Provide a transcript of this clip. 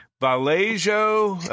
Vallejo